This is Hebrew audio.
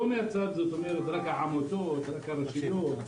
לא רק העמותות והרשויות.